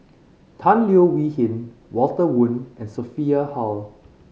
Tan Leo Wee Hin Walter Woon and Sophia Hull